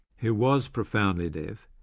who was profoundly deaf,